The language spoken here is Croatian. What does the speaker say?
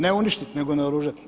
Ne uništiti, nego naoružati.